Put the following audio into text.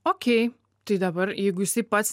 ok tai dabar jeigu jisai pats